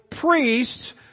priests